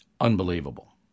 Unbelievable